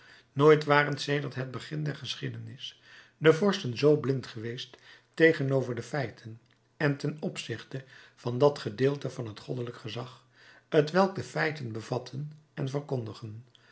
nooit waren sedert het begin der geschiedenis de vorsten zoo blind geweest tegenover de feiten en ten opzichte van dat gedeelte van het goddelijk gezag t welk de feiten bevatten en verkondigen